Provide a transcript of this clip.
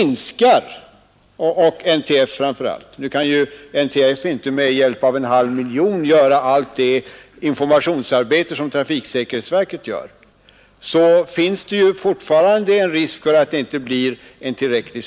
NTF kan för övrigt inte för en halv miljon kronor utföra allt det informationsarbete som trafiksäkerhetsverket utför, och då kanske fortfarande samordningen inte blir tillräcklig.